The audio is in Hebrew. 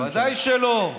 בוודאי שלא.